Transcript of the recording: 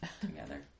together